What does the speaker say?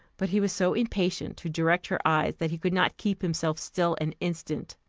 but he was so impatient to direct her eyes, that he could not keep himself still an instant.